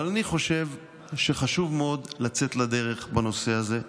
אבל אני חשוב שחשוב מאוד לצאת לדרך בנושא הזה.